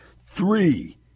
three